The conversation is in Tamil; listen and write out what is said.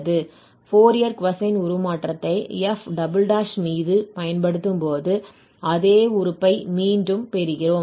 ஃபோரியர் கொசைன் உருமாற்றத்தை f " மீது பயன்படுத்தும்போது அதே உறுப்பை மீண்டும் பெறுகிறோம்